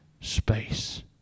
space